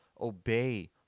obey